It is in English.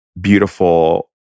beautiful